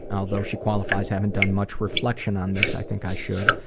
although she qualifies, haven't done much reflection on this. i think i should.